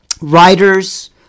Writers